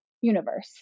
universe